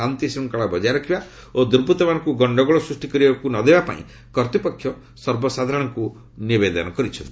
ଶାନ୍ତି ଶୃଙ୍ଖଳା ବଜାୟ ରଖିବା ଓ ଦୁର୍ବୃତମାନଙ୍କୁ ଗଣ୍ଡଗୋଳ ସୃଷ୍ଟି କରିବାକୁ ନଦେବା ପାଇଁ କର୍ତ୍ତ୍ୱପକ୍ଷ ସର୍ବସାଧାରଣଙ୍କୁ ନିବେଦନ କରିଛନ୍ତି